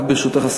ברשותך,